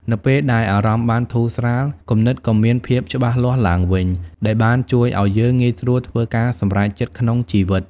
នៅពេលដែលអារម្មណ៍បានធូរស្រាល គំនិតក៏មានភាពច្បាស់លាស់ឡើងវិញ ដែលបានជួយឲ្យយើងងាយស្រួលធ្វើការសម្រេចចិត្តក្នុងជីវិត។